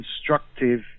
constructive